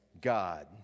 God